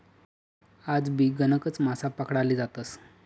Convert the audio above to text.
आजबी गणकच मासा पकडाले जातस